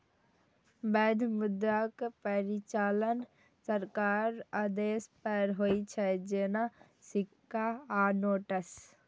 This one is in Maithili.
वैध मुद्राक परिचालन सरकारक आदेश पर होइ छै, जेना सिक्का आ नोट्स